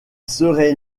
serait